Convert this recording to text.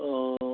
অঁ